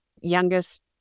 youngest